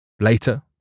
Later